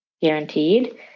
guaranteed